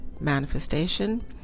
manifestation